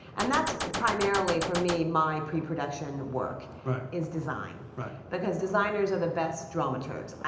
and that's primarily, for me, my pre-production work. but is design. right. because designers are the best dramaturgs.